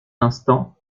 instant